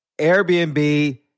Airbnb